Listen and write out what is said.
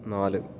നാല്